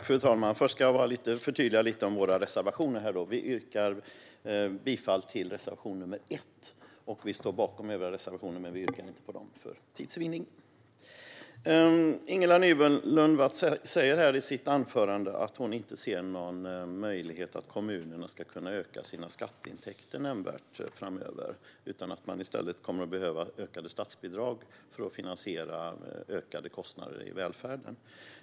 Fru talman! Först ska jag förtydliga lite om våra reservationer: Vi yrkar bifall till reservation nr 1. Vi står bakom övriga reservationer, men för tids vinnande yrkar vi inte bifall till dem. Ingela Nylund Watz säger i sitt anförande att hon inte ser någon möjlighet för kommunerna att öka sina skatteintäkter nämnvärt framöver, utan att man i stället kommer att behöva ökade statsbidrag för att finansiera ökade kostnader i välfärden.